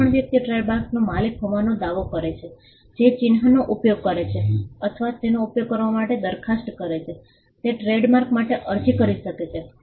કોઈપણ વ્યક્તિ ટ્રેડમાર્કનો માલિક હોવાનો દાવો કરે છે જે ચિહ્નનો ઉપયોગ કરે છે અથવા તેનો ઉપયોગ કરવા માટે દરખાસ્ત કરે છે તે ટ્રેડમાર્ક માટે અરજી કરી શકે છે